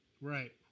Right